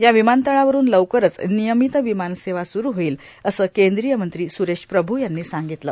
या र्वमानतळावरून लवकरच र्वमर्यामत र्वमानसेवा सुरू होईल असं कद्रीय मंत्री सुरेश प्रभू यांनी सांगगतलं